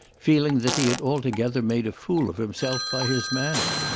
feeling that he had altogether made a fool of himself by his manner.